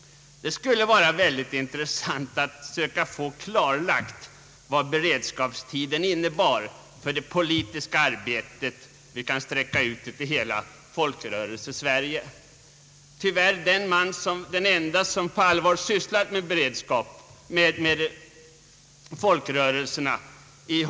Det skulle vara mycket intressant att söka få klarlagt, vad beredskapstiden innebar för det politiska arbetet — vi kan sträcka ut det till hela Folkrörelsesverige. Tyvärr slutade den ende som på allvar sysslat med folkrörelserna, nämligen E.